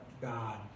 god